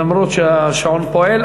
למרות שהשעון פועל.